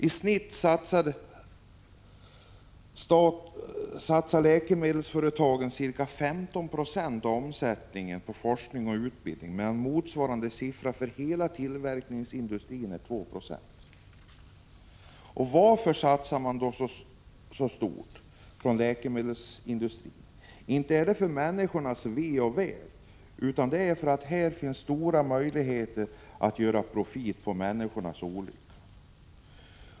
I snitt satsar läkemedelsföretagen ca 15 26 på FoU, medan motsvarande siffra för hela tillverkningsindustrin är 2 Ze. Varför satsar man då så stort inom läkemedelsindustrin? Inte är det för människornas väl och ve, utan det är för att här finns stora möjligheter att göra profit på människornas olycka.